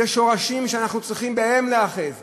אלה שורשים שאנחנו צריכים להיאחז בהם,